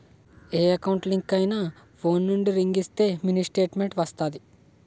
ఏ account link అయినా phone నుండి ring ఇస్తే మినీ స్టేట్మెంట్ వస్తాది